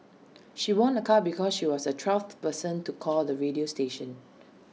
she won A car because she was the twelfth person to call the radio station